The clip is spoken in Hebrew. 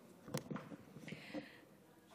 ונהרו אליו כל הגויִם.